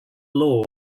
law